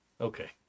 Okay